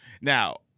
now